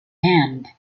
hand